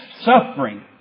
suffering